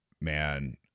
man